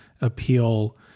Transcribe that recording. appeal